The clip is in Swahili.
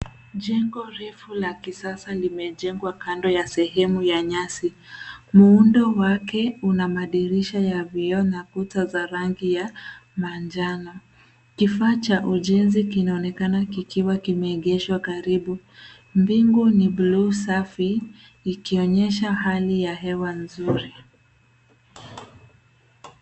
Jengo refu la kisasa limejengwa kando ya sehemu ya nyasi. Muundo wake una madirisha za vioo na kuta za rangi ya manjano. Kifaa cha ujenzi kinaonekana kikiwa kimeegeshwa karibu. Mbingu ni buluu safi ikionyesha hali ya hewa nzuri.